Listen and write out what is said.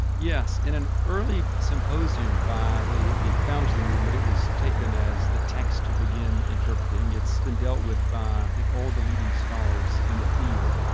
yes, in an early symposium by the the founders of the movement, it was taken as the text to begin interpreting. it's been dealt with by i think all the leading scholars in the field,